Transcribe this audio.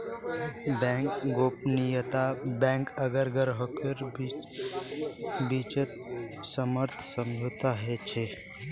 bank गोपनीयता bank आर ग्राहकेर बीचत सशर्त समझौता ह छेक